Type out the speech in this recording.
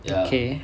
okay